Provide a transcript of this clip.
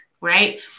right